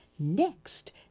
Next